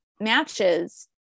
matches